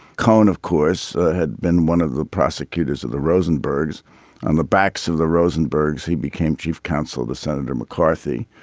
cohn of course had been one of the prosecutors of the rosenbergs on the backs of the rosenbergs. he became chief counsel to senator mccarthy.